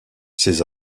ses